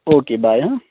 او کے باے ہاں